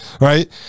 right